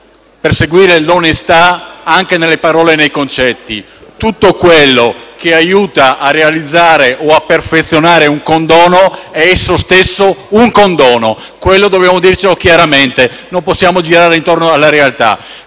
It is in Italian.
perseguire l’onestà anche nelle parole e nei concetti: tutto quello che aiuta a realizzare o a perfezionare un condono è esso stesso un condono. Questo dobbiamo dircelo chiaramente; non possiamo girare intorno alla realtà.